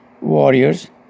warriors